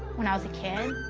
when i was a kid,